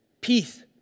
peace